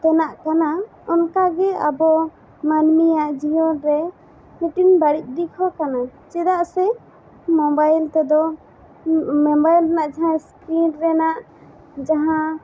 ᱛᱮᱱᱟᱜ ᱠᱟᱱᱟ ᱚᱱᱠᱟ ᱜᱮ ᱟᱵᱚ ᱢᱟᱹᱱᱢᱤᱭᱟᱜ ᱡᱤᱭᱚᱱ ᱨᱮ ᱢᱤᱫ ᱴᱤᱱ ᱵᱟᱹᱲᱤᱡ ᱫᱤᱠ ᱦᱚᱸ ᱠᱟᱱᱟ ᱪᱮᱫᱟᱜ ᱥᱮ ᱢᱚᱵᱟᱭᱤᱞ ᱛᱮᱫᱚ ᱢᱚᱵᱟᱭᱤᱞ ᱨᱮᱱᱟᱜ ᱡᱟᱦᱟᱸ ᱤᱥᱠᱤᱨᱤᱱ ᱨᱮᱱᱟᱜ ᱡᱟᱦᱟᱸ